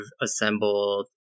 assembled